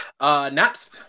Naps